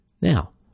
Now